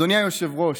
אדוני היושב-ראש,